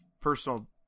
personal